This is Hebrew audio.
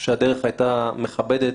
הדרך הייתה מכבדת